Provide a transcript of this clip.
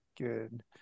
good